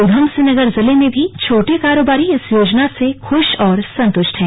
उधमसिंह नगर जिले में भी छोटे कारोबारी इस योजना से खुश और संतुष्ट हैं